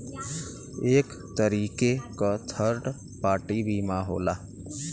एक तरीके क थर्ड पार्टी बीमा होला